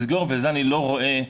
ואת זה אני לא רואה באיך.